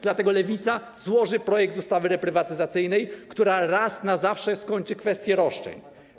Dlatego Lewica złoży projekt ustawy reprywatyzacyjnej, która raz na zawsze skończy kwestię roszczeń.